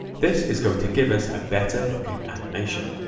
this is going to give us a better looking animation.